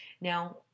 Now